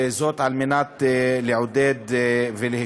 וזאת על מנת לעודד ולהשתלב,